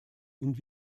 und